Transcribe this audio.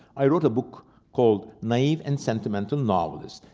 i wrote a book called naive and sentimental novelist,